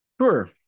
Sure